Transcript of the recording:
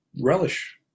relish